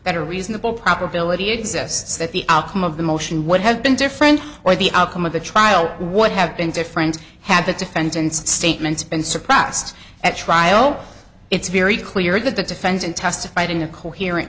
that a reasonable probability exists that the outcome of the motion would have been different or the outcome of the trial would have been different had the defendant's statements been suppressed at trial it's very clear that the defendant testified in a coherent